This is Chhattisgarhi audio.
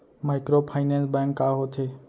माइक्रोफाइनेंस बैंक का होथे?